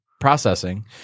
processing